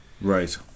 Right